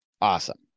Awesome